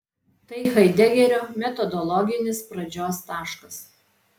tai haidegerio metodologinis pradžios taškas